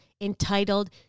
entitled